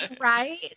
Right